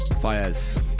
fires